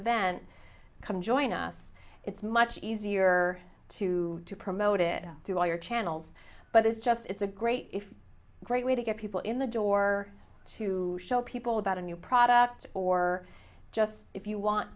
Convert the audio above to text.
event come join us it's much easier to promote it to all your channels but it's just it's a great if great way to get people in the door to show people about a new product or just if you want